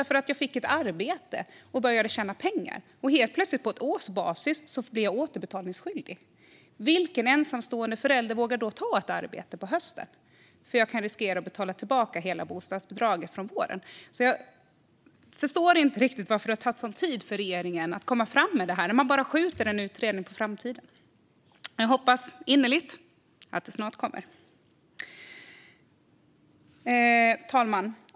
Man får ett arbete och börjar tjäna pengar, och helt plötsligt blir man återbetalningsskyldig på årsbasis. Vilken ensamstående förälder vågar ta ett arbete på hösten om man då riskerar att behöva betala tillbaka hela bostadsbidraget från våren? Jag förstår inte riktigt varför det tagit sådan tid för regeringen att komma fram med det här. Man bara skjuter den utredningen på framtiden. Jag hoppas innerligt att den snart kommer. Fru talman!